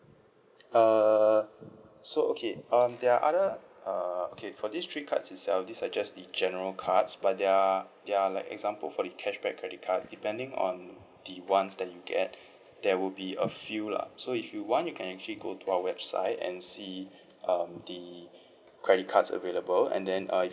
uh so okay there are other uh okay for these three cards itself these are just the general cards but they are they are like example for the cashback credit card depending on the ones that you get there will be a few lah so if you want you can actually go to our website and see um the credit cards available and then uh if